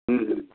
अँ